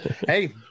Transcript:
Hey